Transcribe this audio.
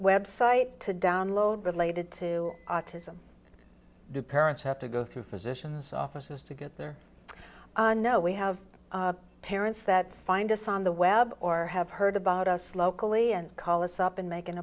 website to download related to autism the parents have to go through physician's offices to get there i know we have parents that find us on the web or have heard about us locally and call us up and make an